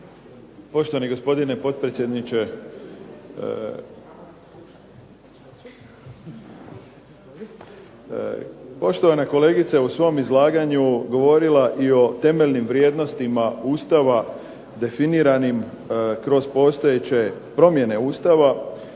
poštovani gospodine potpredsjedniče. Poštovana kolegica je u svom izlaganju govorila o temeljnim vrijednostima Ustava definiranim kroz postojeće promjene Ustava,